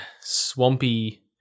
swampy